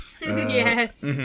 Yes